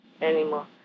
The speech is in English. anymore